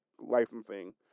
licensing